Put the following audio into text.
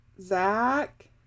zach